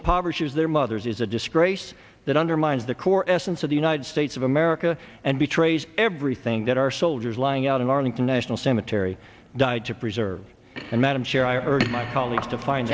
impoverishes their mothers is a disgrace that undermines the core essence of the united states of america and betrays everything that our soldiers lying out in arlington national cemetery died to preserve and that i'm sure i urge my colleagues to find